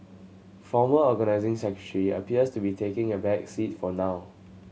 former Organising Secretary appears to be taking a back seat for now